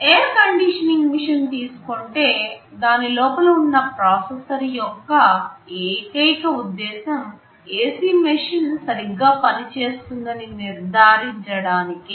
air conditioning machine తీసు కుంటే దాని లోపల ఉన్న ప్రాసెసర్ యొక్క ఏకైక ఉద్దేశ్యం AC మిషిన్ సరిగ్గా పనిచేస్తుందని నిర్ధారించడానికె